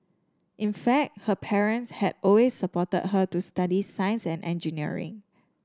in fact her parents had always supported her to study science and engineering